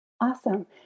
Awesome